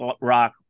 rock